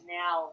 now